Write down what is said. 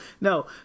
No